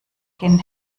gen